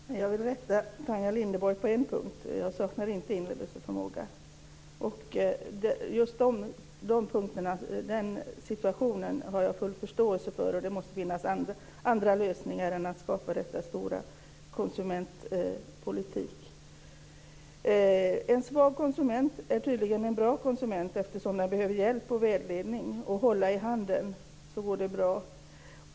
Fru talman! Jag vill rätta Tanja Linderborg på en punkt: Jag saknar inte inlevelseförmåga. Just den här situationen har jag full förståelse för. Det måste finnas andra lösningar än att skapa denna stora konsumentpolitik. En svag konsument är tydligen en bra konsument, eftersom den behöver hjälp och vägledning. Håller man konsumenten i handen, så går det bra.